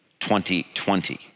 2020